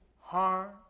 harm